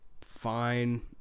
fine